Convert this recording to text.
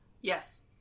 Yes